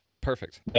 Perfect